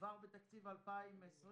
כבר בתקציב 2020,